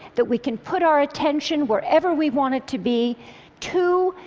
that we can put our attention wherever we want it to be two,